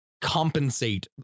compensate